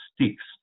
sticks